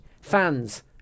fans